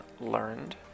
learned